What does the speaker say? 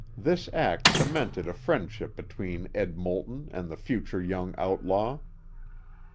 this act cemented a friendship between ed. moulton and the future young outlaw.